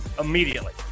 immediately